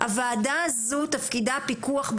הוועדה הזו תפקידה פיקוח,